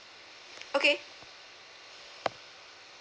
okay